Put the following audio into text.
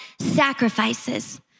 sacrifices